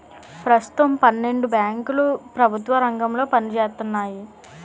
పెస్తుతం పన్నెండు బేంకులు ప్రెభుత్వ రంగంలో పనిజేత్తన్నాయి